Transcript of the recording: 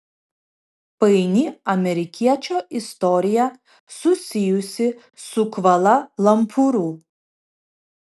paini amerikiečio istorija susijusi su kvala lumpūru